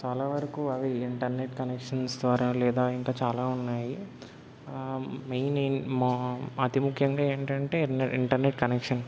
చాలా వరకు అవి ఇంటర్నెట్ కనక్షన్స్ ద్వారా లేదా ఇంకా చాలా ఉన్నాయి మెయిన్ ఏం మా అతి ముఖ్యంగా ఏంటంటే నె ఇంటర్నెట్ కనక్షన్